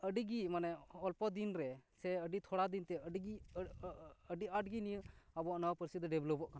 ᱟᱹᱰᱤᱜᱮ ᱢᱟᱱᱮ ᱚᱞᱯᱚ ᱫᱤᱱ ᱨᱮ ᱥᱮ ᱟᱹᱰᱤ ᱛᱷᱚᱲᱟ ᱫᱤᱱ ᱛᱮ ᱟᱹᱰᱤ ᱜᱮ ᱟᱹᱰᱤ ᱟᱴᱜᱮ ᱱᱤᱭᱟ ᱟᱵᱚ ᱱᱚᱶᱟ ᱯᱟᱹᱨᱥᱤ ᱫᱚ ᱰᱮᱵᱞᱳᱯᱳᱜ ᱠᱟᱱᱟ